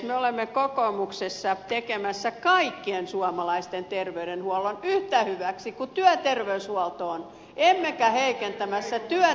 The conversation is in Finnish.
me olemme kokoomuksessa tekemässä kaikkien suomalaisten terveydenhuollon yhtä hyväksi kuin työterveyshuolto on emmekä heikentämässä työterveyshuoltoa